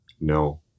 No